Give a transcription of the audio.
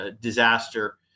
disaster